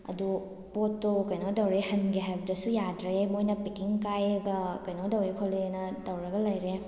ꯑꯗꯣ ꯄꯣꯠꯇꯣ ꯀꯩꯅꯣ ꯇꯧꯔꯦ ꯍꯟꯒꯦ ꯍꯥꯏꯕꯗꯁꯨ ꯌꯥꯗ꯭꯭ꯔꯦ ꯃꯣꯏꯅ ꯄꯦꯛꯀꯤꯡ ꯀꯥꯏꯔꯒ ꯀꯩꯅꯣ ꯇꯧꯋꯦ ꯈꯣꯠꯂꯦꯅ ꯇꯧꯔꯒ ꯂꯩꯔꯦ